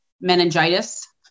meningitis